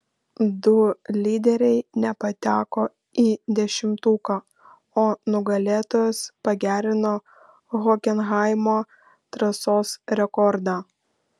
du lyderiai nepateko į dešimtuką o nugalėtojas pagerino hokenhaimo trasos rekordą